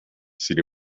sin